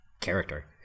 character